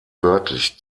wörtlich